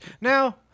Now